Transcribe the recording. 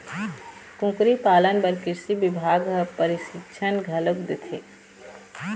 कुकरी पालन बर कृषि बिभाग ह परसिक्छन घलोक देथे